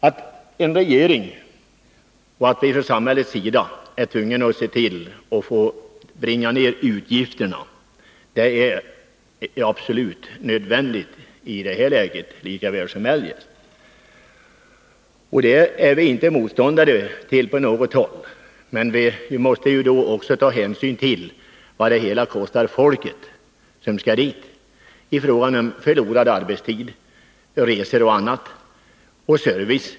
Att man från regeringens och samhällets sida är tvungen att bringa ner utgifterna är absolut klart, i det här fallet lika väl som eljest. Det är vi inte motståndare till på något håll. Men vi måste då också ta hänsyn till vad en indragning kostar de människor som skall besöka tingsstället i fråga om förlorad arbetstid, resor, service och annat.